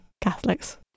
Catholics